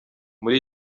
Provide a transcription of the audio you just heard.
muri